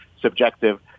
subjective